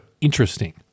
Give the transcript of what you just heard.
interesting